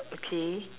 okay